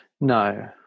No